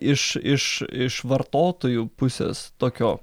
iš iš iš vartotojų pusės tokio